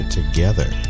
Together